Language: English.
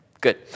good